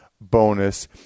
bonus